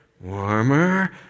warmer